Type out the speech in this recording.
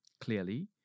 clearly